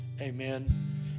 Amen